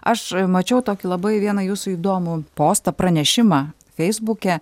aš mačiau tokį labai vieną jūsų įdomų postą pranešimą feisbuke